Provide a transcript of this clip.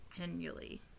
annually